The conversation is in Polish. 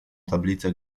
tablice